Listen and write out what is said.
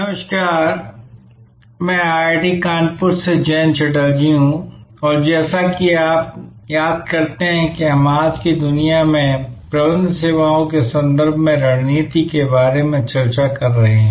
नमस्कार यह आईआईटी कानपुर से जयंत चटर्जी है और जैसा कि आप याद करते हैं कि हम आज की दुनिया में प्रबंध सेवाओं के संदर्भ में रणनीति के बारे में चर्चा कर रहे हैं